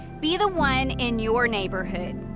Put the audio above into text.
be the one in your neighborhood.